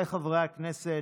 חבריי חברי הכנסת,